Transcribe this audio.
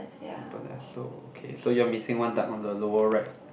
upper left so okay so you are missing one duck on the lower right